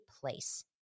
place